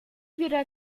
wieder